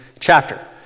chapter